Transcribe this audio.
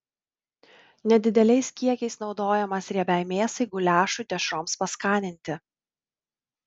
nedideliais kiekiais naudojamas riebiai mėsai guliašui dešroms paskaninti